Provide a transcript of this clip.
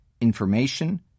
Information